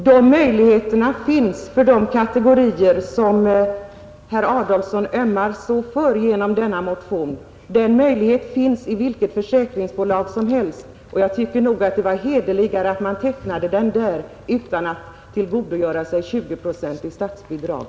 Herr talman! Det finns möjligheter för de kategorier som herr Adolfsson ömmar så för genom denna motion. Möjligheterna finns i vilket försäkringsbolag som helst, och jag tycker nog det skulle vara hederligare att teckna försäkringen där och stå helt för kostnaderna utan att vilja tillgodogöra sig 20 procent i statsbidrag.